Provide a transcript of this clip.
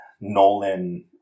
Nolan